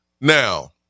Now